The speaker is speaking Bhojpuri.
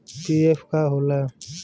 पी.एफ का होला?